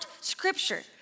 scripture